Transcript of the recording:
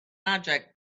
object